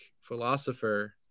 philosopher